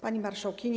Pani Marszałkini!